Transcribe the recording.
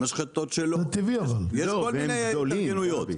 יש כל מיני התארגנויות.